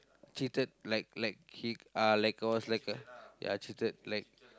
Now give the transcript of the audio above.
cheated like like he uh like he was like a ya cheated like